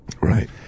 Right